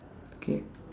K